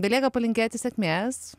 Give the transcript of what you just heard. belieka palinkėti sėkmės